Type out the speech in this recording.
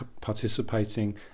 participating